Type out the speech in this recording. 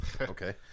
Okay